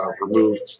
removed